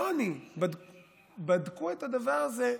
את הדבר הזה,